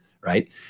right